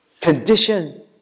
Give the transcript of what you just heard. condition